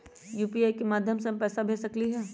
UPI के माध्यम से हम पैसा भेज सकलियै ह?